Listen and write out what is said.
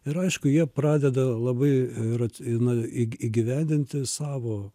ir aišku jie pradeda labai ra įgyvendinti savo